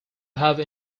have